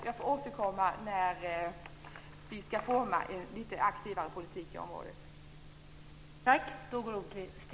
Jag återkommer när det gäller att forma en lite aktivare politik i området.